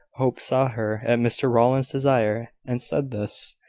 hope saw her, at mr rowland's desire, and said this.